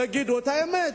תגידו את האמת.